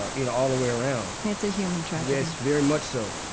ah you know, all the way around it's a human tragedy yes, very much so